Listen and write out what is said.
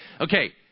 okay